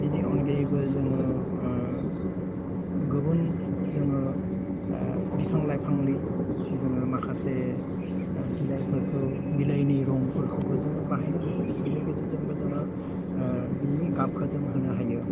बिनि अनगायैबो जोङो गुबुन जोङो बिफां लाइफांलि जोङो माखासे बिलाइफोरखौ बिलाइनि रंफोरखौबो जोङो बाहायनो हायो बिनि गेजेरजोंबो जोङो बिनि गाबखौ जों होनो हायो